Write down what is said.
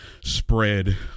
spread